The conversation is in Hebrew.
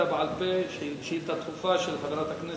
שאילתא בעל-פה,